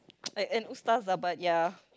and and old stuff lah but ya